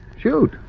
Shoot